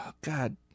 God